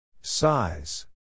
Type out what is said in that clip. Size